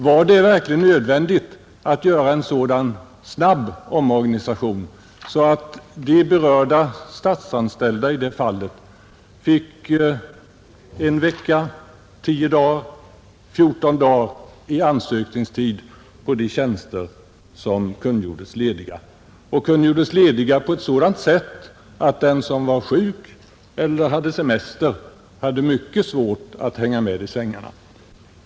Var det nödvändigt att göra en så snabb omorganisation att de berörda statsanställda fick mellan en vecka och fjorton dagar i ansökningstid på de tjänster som kungjordes lediga — och som kungjordes lediga på ett sådant sätt att den som var sjuk eller hade semester hade mycket svårt att hänga med i svängarna?